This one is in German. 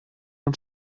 und